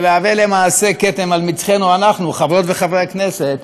זה כתם על מצחנו אנו, חברות וחברי הכנסת,